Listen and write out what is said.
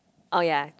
oh ya